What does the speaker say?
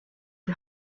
die